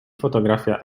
fotografia